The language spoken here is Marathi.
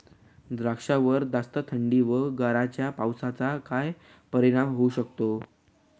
द्राक्षावर जास्त थंडी व गारांच्या पावसाचा काय परिणाम होऊ शकतो?